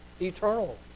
eternal